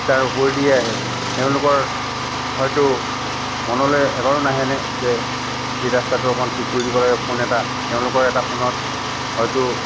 তাৰ ওপৰেদিয়েই আহে এওঁলোকৰ হয়তো মনলৈ এবাৰো নাহেনে যে এই ৰাস্তাটো অকণমান ঠিক কৰি দিব লাগে ফোন এটা তেওঁলোকৰ এটা ফোনত হয়তো